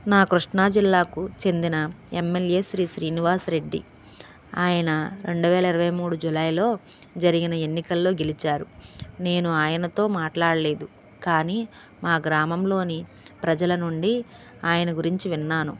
నా కృష్ణా జిల్లాకు చెందిన ఎమ్మెల్యే శ్రీ శ్రీనివాస్ రెడ్డి ఆయన రెండు వేల ఇరవై మూడు జూలైలో జరిగిన ఎన్నికలలో గెలిచారు నేను ఆయనతో మాట్లాడలేదు కానీ మా గ్రామంలోని ప్రజల నుండి ఆయన గురించి విన్నాను